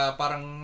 parang